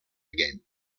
again